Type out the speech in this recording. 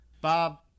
Bob